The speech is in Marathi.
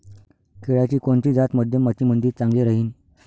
केळाची कोनची जात मध्यम मातीमंदी चांगली राहिन?